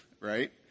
Right